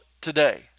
today